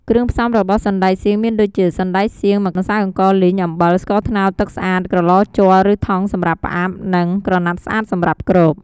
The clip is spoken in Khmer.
គ្រឿងផ្សំរបស់សណ្តែកសៀងមានដូចជា សណ្ដែកសៀង ម្សៅអង្ករលីង អំបិល ស្ករត្នោត ទឹកស្អាត ក្រឡជ័រ ឬ ថ្មសម្រាប់ផ្អាប់ និង ក្រណាត់ស្អាតសម្រាប់គ្រប។